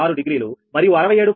6 degree మరియు 67